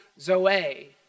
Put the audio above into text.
zoe